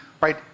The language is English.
right